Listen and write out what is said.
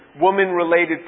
woman-related